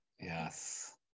Yes